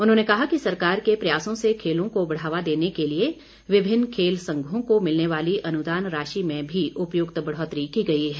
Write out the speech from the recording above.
उन्होंने कहा कि सरकार के प्रयासों से खेलों को बढ़ावा देने के लिए विभिन्न खेल संघों को मिलने वाली अनुदान राशि में भी उपयुक्त बढ़ोतरी की गई है